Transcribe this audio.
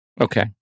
Okay